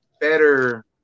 better